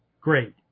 Great